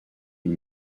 une